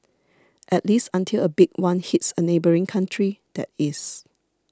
at least until a big one hits a neighbouring country that is